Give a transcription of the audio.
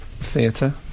Theatre